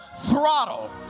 throttle